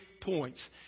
points